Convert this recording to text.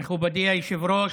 מכובדי היושב-ראש,